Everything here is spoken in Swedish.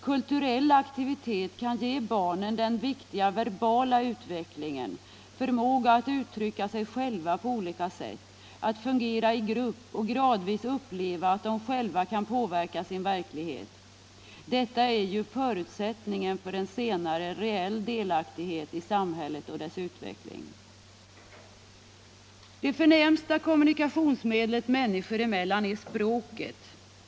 Kul turell aktivitet kan ge barnen den viktiga verbala utvecklingen, ge dem förmåga att uttrycka sig själva på olika sätt, att fungera i grupp och gradvis uppleva att de själva kan påverka sin verklighet. Detta är ju förutsättningen för en senare reell delaktighet i samhället och dess utveckling. Det förnämsta kommunikationsmedlet människor emellan är språket.